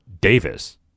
Davis